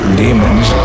demons